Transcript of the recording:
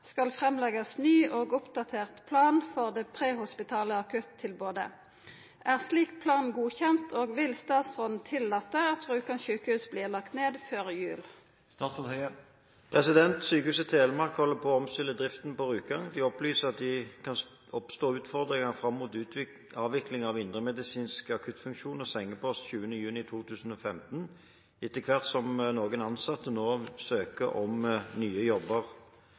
skal framleggjast ny og oppdatert plan for det prehospitale akuttilbodet. Er slik plan godkjend, og vil statsråden tillate at Rjukan sykehus blir lagt ned før jul?» Sykehuset Telemark holder på å omstille driften på Rjukan. De opplyser at det kan oppstå utfordringer fram mot avvikling av indremedisinsk akuttfunksjon og sengepost 20. juni 2015, etter hvert som noen ansatte nå søker nye jobber. Det er positivt dersom ansatte får nye jobber